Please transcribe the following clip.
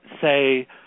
say